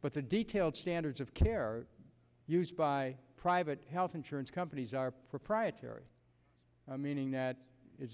but the detailed standards of care used by private health insurance companies are proprietary meaning that i